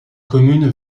commune